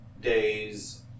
days